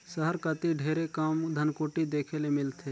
सहर कती ढेरे कम धनकुट्टी देखे ले मिलथे